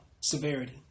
Severity